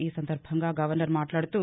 ఈ సందర్బంగా గవర్నర్ మాట్లాడుతూ